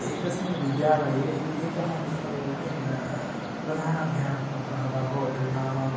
एकस्मिन् विद्यालये एकः नि किं प्रधानाध्यापकः वा भवतु नाम